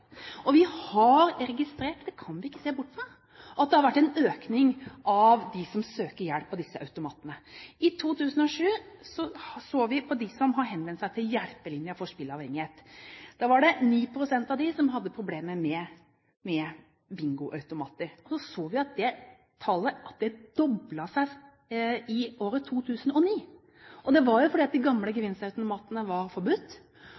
verdt. Vi har registrert – og det kan vi ikke se bort fra – at det har vært en økning av dem som søker hjelp på grunn av disse automatene. I 2007 så vi at av dem som henvendte seg til Hjelpelinjen for spilleavhengige, var det 9 pst. som hadde problemer med bingoautomater. Vi så at det tallet doblet seg i 2009. Det var fordi de gamle gevinstautomatene var forbudt, og da så vi at disse spillerne gikk over på disse automatene. Og